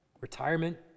retirement